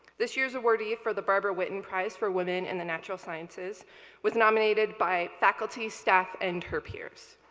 this year's awardee for the barbara whitten prize for women in the natural sciences was nominated by faculty, staff, and her peers.